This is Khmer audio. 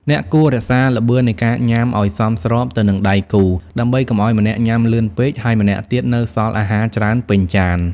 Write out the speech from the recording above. អ្នកគួររក្សាល្បឿននៃការញ៉ាំឱ្យសមស្របទៅនឹងដៃគូ ដើម្បីកុំឱ្យម្នាក់ញ៉ាំលឿនពេក ហើយម្នាក់ទៀតនៅសល់អាហារច្រើនពេញចាន។